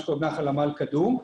לגבי נחל עמל קדום,